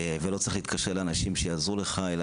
לא צריך להתקשר לאנשים כדי שיעזרו לך לקצר את התור.